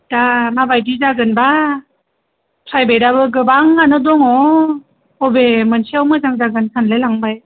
दा माबायदि जागोनबा फ्रायबेदआबो गोबांङानो दङ अबे मोनसेयाव मोजां जागोन सानलाइलांबाय